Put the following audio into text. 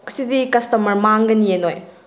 ꯁꯤꯗꯤ customer ꯃꯥꯡꯒꯅꯤꯌꯦ ꯅꯣꯏ